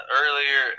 earlier